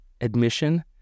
admission